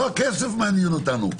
לא הכסף מעניין אותנו.